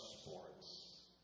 sports